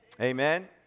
Amen